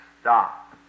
Stop